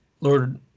Lord